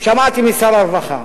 שמעתי משר הרווחה